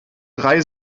drei